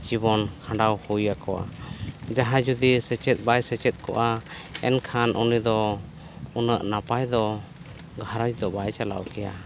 ᱡᱤᱵᱚᱱ ᱠᱷᱟᱱᱰᱟᱣ ᱦᱩᱭ ᱟᱠᱚᱣᱟ ᱡᱟᱦᱟᱸᱭ ᱡᱩᱫᱤ ᱥᱮᱪᱮᱫ ᱵᱟᱭ ᱥᱮᱪᱮᱫ ᱠᱚᱜᱼᱟ ᱮᱱᱠᱷᱟᱱ ᱩᱱᱤ ᱫᱚ ᱩᱱᱟᱹᱜ ᱱᱟᱯᱟᱭ ᱫᱚ ᱜᱷᱟᱨᱚᱸᱡᱽ ᱫᱚ ᱵᱟᱭ ᱪᱟᱞᱟᱣ ᱠᱮᱭᱟ